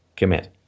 commit